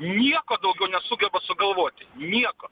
nieko daugiau nesugeba sugalvoti nieko